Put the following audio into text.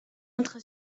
entre